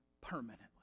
permanently